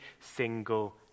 single